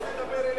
שלא תדבר אלינו,